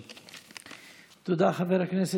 תתעודד.